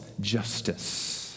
justice